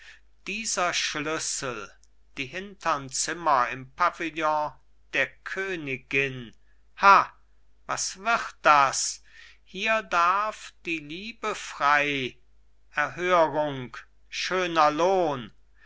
dieser schlüssel die hintern zimmer im pavillon der königin ha was wird das hier darf die liebe frei erhörung schöner lohn